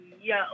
yo